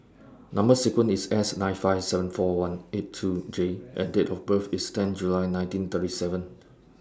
Number sequence IS S nine five seven four one eight two J and Date of birth IS ten July nineteen thirty seven